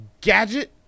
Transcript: Gadget